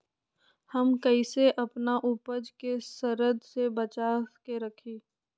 हम कईसे अपना उपज के सरद से बचा के रखी?